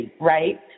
right